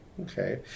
Okay